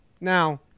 Now